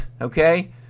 okay